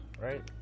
right